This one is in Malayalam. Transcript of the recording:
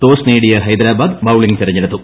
ടോസ് നേടിയ ഹൈദരാബാദ് ബൌളിംഗ് തിരഞ്ഞെടുത്തു